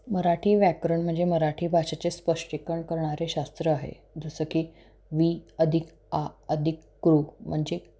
मराठी व्याकरण म्हणजे मराठी भाषेचे स्पष्टीकरण करणारे शास्त्र आहे जसं की वि अधिक आ अधिक कृ म्हणजे